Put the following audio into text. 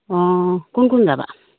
অঁ কোন কোন যাবা